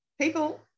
people